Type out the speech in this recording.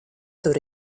tur